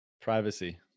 Privacy